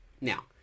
Now